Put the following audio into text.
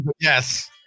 yes